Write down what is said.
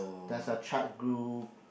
there's a chat group